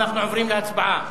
אנחנו עוברים להצבעה.